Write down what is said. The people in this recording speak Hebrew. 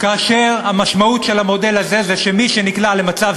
כאשר המשמעות של המודל הזה זה שמי שנקלע למצב